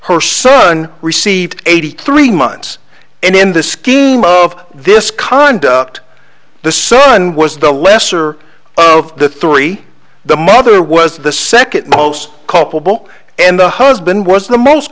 her son received eighty three months and in the scheme of this conduct the son was the lesser of the three the mother was the second most culpable and the husband was the most